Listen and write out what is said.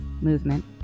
movement